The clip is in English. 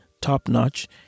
top-notch